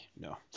no